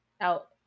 out